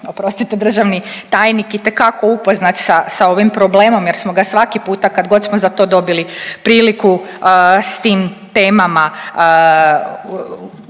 oprostite državni tajnik itekako upoznat sa ovim problemom jer smo ga svaki puta kad god smo za to dobili priliku s tim temama ne